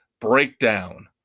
breakdown